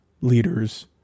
leaders